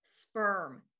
sperm